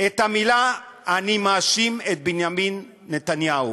את המילים "אני מאשים את בנימין נתניהו".